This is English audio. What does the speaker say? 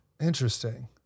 Interesting